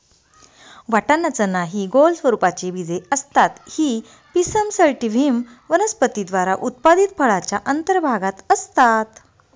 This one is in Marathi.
वाटाणा, चना हि गोल स्वरूपाची बीजे असतात ही पिसम सॅटिव्हम वनस्पती द्वारा उत्पादित फळाच्या अंतर्भागात असतात